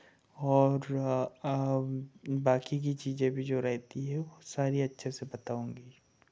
और बाँकी की चीज़ें भी जो रहती है वो सारे अच्छे से बताऊंगी